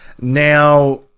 Now